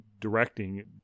directing